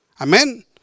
Amen